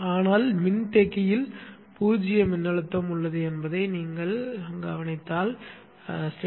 ஆனால் மின்தேக்கத்தில் பூஜ்ஜிய மின்னழுத்தம் உள்ளது என்பதை நீங்கள் புரிந்து கொண்டால் அதனால் பூஜ்ய சார்ஜ் ஏற்படுகிறது